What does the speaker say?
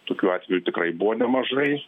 tokių atvejų tikrai buvo nemažai